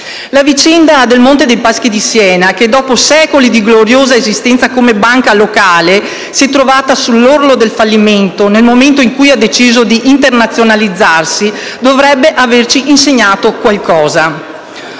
La vicenda del Monte dei Paschi di Siena che, dopo secoli di gloriosa esistenza come banca locale, si è trovata sull'orlo del fallimento nel momento in cui ha deciso si internazionalizzarsi, dovrebbe averci insegnato qualcosa.